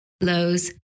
lows